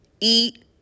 eat